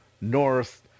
north